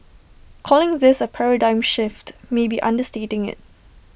calling this A paradigm shift may be understating IT